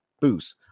boost